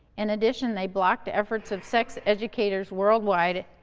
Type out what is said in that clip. in addition, they blocked efforts of sex educators worldwide,